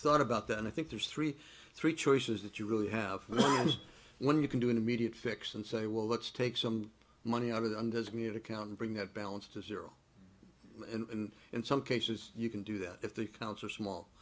thought about that and i think there's three three choices that you really have just one you can do an immediate fix and say well let's take some money out of the un does it mean accounting bring that balance to zero and in some cases you can do that if the counts are small